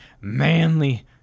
manly